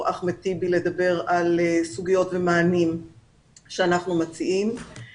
אחמד טיבי כדי לדבר על סוגיות ומענים שאנחנו מציעים.